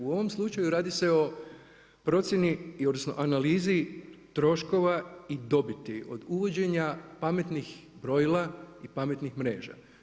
U ovom slučaju radi se o procjeni, odnosno o analizi troškova i dobiti, od uvođenja pametnih brojila i pametnih mreža.